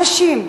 אנשים,